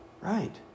Right